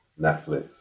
Netflix